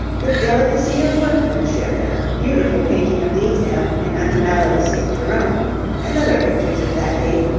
the delicacy of workmanship and beautiful painting of detail in antonello's st. jerome' and other pictures of that date,